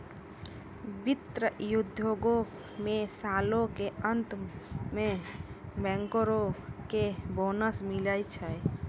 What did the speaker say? वित्त उद्योगो मे सालो के अंत मे बैंकरो के बोनस मिलै छै